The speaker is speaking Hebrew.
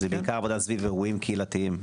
בעיקר עבודה סביב אירועים קהילתיים.